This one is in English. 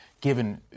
given